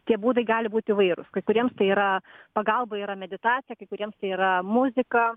tie būdai gali būt įvairūs kai kuriems tai yra pagalba yra meditacija kai kuriems tai yra muzika